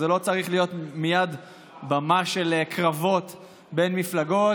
וזה לא צריך להיות מייד במה לקרבות בין מפלגות